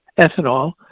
ethanol